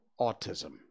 autism